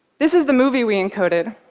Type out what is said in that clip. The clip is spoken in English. this is the movie we encoded.